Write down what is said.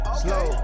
slow